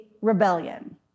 rebellion